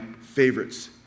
favorites